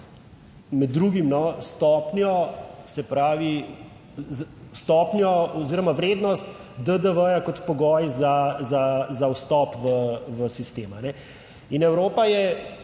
med drugim stopnjo, se pravi, stopnjo oziroma vrednost DDV kot pogoj za vstop v sistem. In Evropa je,